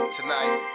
Tonight